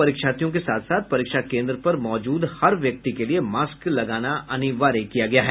परीक्षार्थियों के साथ साथ परीक्षा केन्द्र पर मौजूद हर व्यक्ति के लिए मास्क लगाना अनिवार्य किया गया है